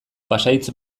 pasahitz